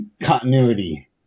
continuity